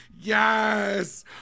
Yes